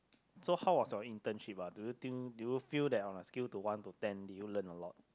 so how was your internship ah do you think do you feel that on a scale to one to ten do you learn a lot